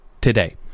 today